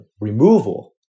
removal